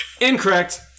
Incorrect